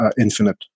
infinite